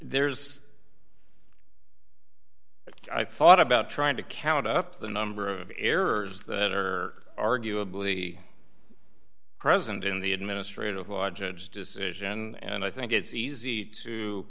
there's i thought about trying to count up the number of errors that are arguably present in the administrative law judge decision and i think it's easy to